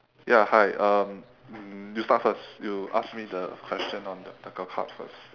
ya hi um you start first you ask me the question on the the card first